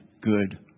good